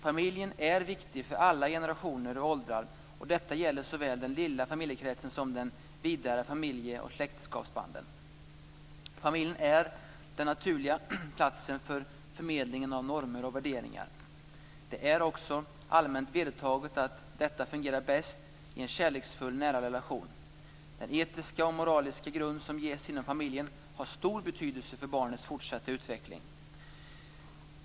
Familjen är viktig för alla generationer och åldrar, och detta gäller såväl den lilla familjekretsen som de vidare familje och släktskapsbanden. Familjen är den naturliga platsen för förmedlingen av normer och värderingar. Det är också allmänt vedertaget att detta fungerar bäst i en kärleksfull, nära relation. Den etiska och moraliska grund som ges inom familjen har stor betydelse för barnens fortsatta utveckling.